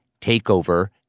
Takeover